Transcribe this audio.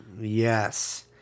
Yes